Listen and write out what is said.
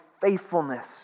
faithfulness